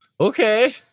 Okay